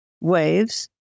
waves